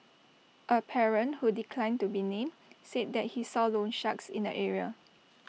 A parent who declined to be named said that he saw loansharks in the area